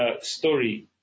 story